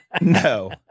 No